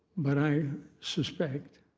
but i suspect